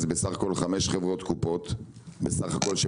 יש רק כחמש חברות קופות רושמות בסך הכול,